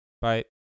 Bye